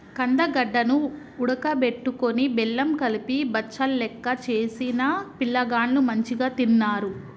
కందగడ్డ ను ఉడుకబెట్టుకొని బెల్లం కలిపి బచ్చలెక్క చేసిన పిలగాండ్లు మంచిగ తిన్నరు